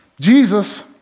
Jesus